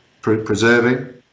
preserving